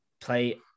play